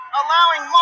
allowing